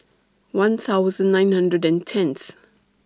one thousand nine hundred and tenth